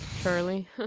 Charlie